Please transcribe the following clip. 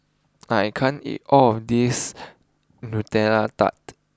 I can't eat all of this Nutella Tart